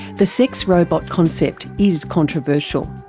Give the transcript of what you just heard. the sex robot concept is controversial,